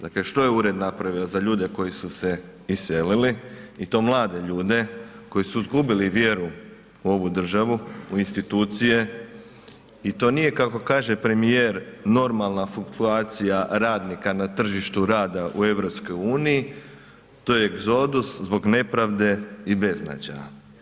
Dakle što je ured napravio za ljude koji su se iselili i to mlade ljude koji su izgubili vjeru u ovu državu, u institucije i to nije kako kaže premijer normalna fluktuacija radnika na tržištu rada u EU, to je egzodus zbog nepravde i beznađa.